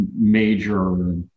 major